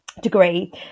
degree